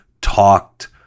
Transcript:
talked